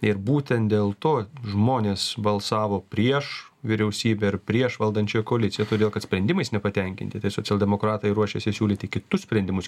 ir būtent dėl to žmonės balsavo prieš vyriausybę ir prieš valdančiąją koaliciją todėl kad sprendimais nepatenkinti tai socialdemokratai ruošiasi siūlyti kitus sprendimus